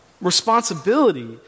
responsibility